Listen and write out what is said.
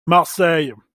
marseille